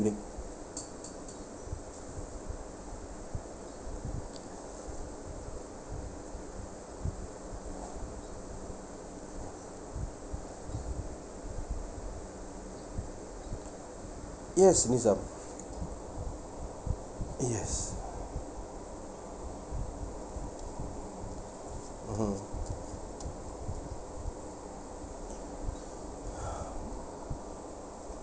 break yes mizaf yes mmhmm